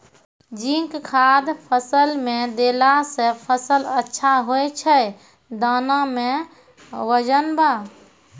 zinc खाद फ़सल मे देला से फ़सल अच्छा होय छै दाना मे वजन ब